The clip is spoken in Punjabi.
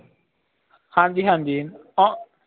ਹਾਂਜੀ ਹਾਂਜੀ ਓ